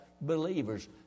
believers